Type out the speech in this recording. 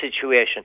situation